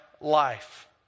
life